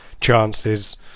chances